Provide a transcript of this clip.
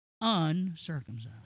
uncircumcised